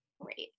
Great